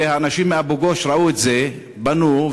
כשאנשים מאבו-גוש ראו את זה הם פנו,